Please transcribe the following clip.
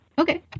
okay